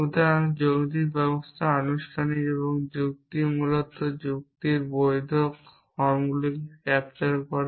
সুতরাং যৌক্তিক ব্যবস্থা আনুষ্ঠানিক এবং যুক্তি মূলত যুক্তির বৈধ ফর্মগুলিকে ক্যাপচার করে